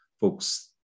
folks